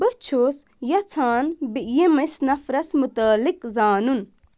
بہٕ چھُس یژھان ییٚمِس نفرس مُتعلق زانُن